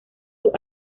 sus